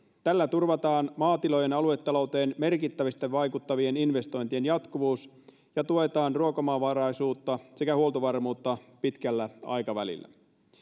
tällä turvataan maatilojen aluetalouteen merkittävästi vaikuttavien investointien jatkuvuus ja tuetaan ruokaomavaraisuutta sekä huoltovarmuutta pitkällä aikavälillä